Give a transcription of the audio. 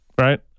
Right